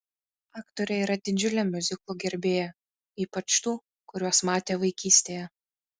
aktorė yra didžiulė miuziklų gerbėja ypač tų kuriuos matė vaikystėje